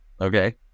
Okay